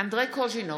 אנדרי קוז'ינוב,